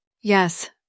Yes